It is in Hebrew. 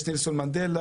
יש נלסון מנדלה,